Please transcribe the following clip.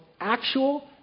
actual